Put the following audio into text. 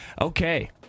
Okay